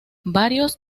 varios